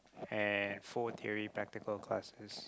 and four theory practical classes